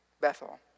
Bethel